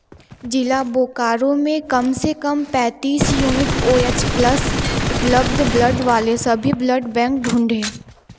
जिला बोकारो में कम से कम पैंतीस यूनिट ओ एच प्लस उपलब्ध ब्लड वाले सभी ब्लड बैंक ढूँढें